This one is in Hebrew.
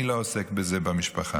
מי לא עוסק בזה במשפחה,